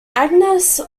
angus